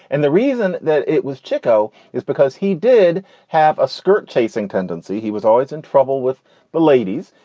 and the reason that it was chico is because he did have a skirt chasing tendency. he was always in trouble with the ladies.